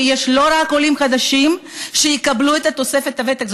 כי יש לא רק עולים חדשים שיקבלו את תוספת הוותק.